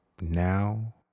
now